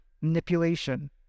manipulation